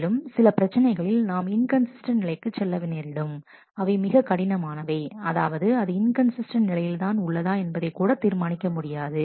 மேலும் சில பிரச்சினைகளில் நாம் இன்கன்சிஸ்டன்ட் நிலைக்கு செல்ல நேரிடும் அவை மிகக் கடினமானவை அதாவது அது இன்கன்சிஸ்டன்ட் நிலையில் தான் உள்ளதா என்பதைக் கூட தீர்மானிக்க முடியாது